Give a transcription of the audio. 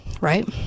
right